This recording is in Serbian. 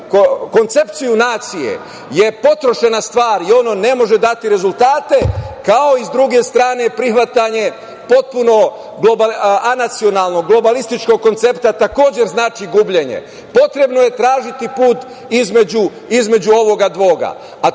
koncepciju nacije je potrošena stvar i ono ne može dati rezultate, kao i, s druge strane, prihvatanje potpuno anacionalnog globalističkog koncepta takođe znači gubljenje. Potrebno je tražiti put između ova dva, a